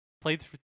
Played